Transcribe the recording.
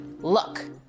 Look